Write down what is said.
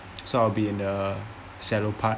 so I'll be in the shallow part